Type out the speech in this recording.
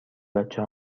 بچه